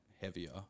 heavier